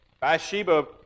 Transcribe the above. Bathsheba